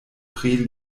pri